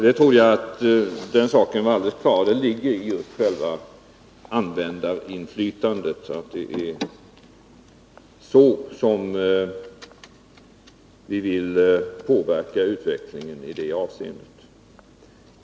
Jag trodde att den saken var alldeles klar — det ligger just i själva användarinflytandet. Det är så som vi vill påverka utvecklingen i det avseendet.